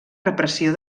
repressió